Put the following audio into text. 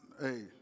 hey